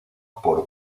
por